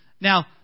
Now